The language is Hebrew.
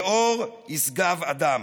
"יעור, ישגב אדם".